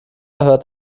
hört